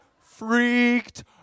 freaked